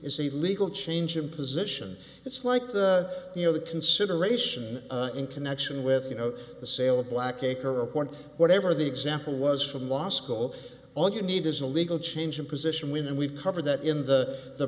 is a legal change in position it's like the you know the consideration in connection with you know the sale of black acre a point whatever the example was from law school all you need is a legal change of position with and we've covered that in the